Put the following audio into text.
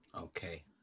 Okay